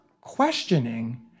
questioning